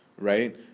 Right